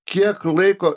kiek laiko